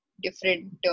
different